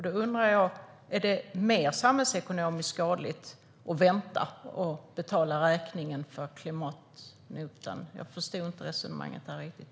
Då undrar jag: Är det mer samhällsekonomiskt skadligt att vänta och betala räkningen för klimatnotan? Jag förstod inte riktigt resonemanget.